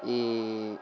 ई